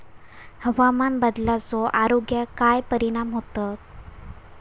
हवामान बदलाचो आरोग्याक काय परिणाम होतत?